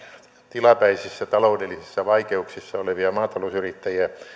tilapäisissä taloudellisissa vaikeuksissa olevia maatalousyrittäjiä